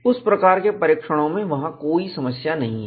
उस प्रकार के परीक्षणों में वहां कोई समस्या नहीं है